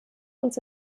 uns